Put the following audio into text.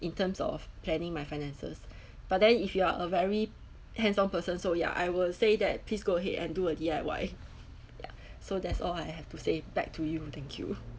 in terms of planning my finances but then if you are a very hands on person so ya I will say that please go ahead and do a D_I_Y ya so that's all I have to say back to you thank you